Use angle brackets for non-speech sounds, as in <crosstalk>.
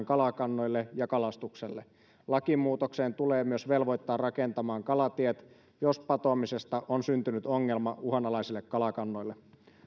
<unintelligible> kalakannoille ja kalastukselle aiheuttamat haitat kompensoidaan lakimuutoksen tulee myös velvoittaa rakentamaan kalatiet jos patoamisesta on syntynyt ongelma uhanalaisille kalakannoille